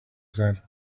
said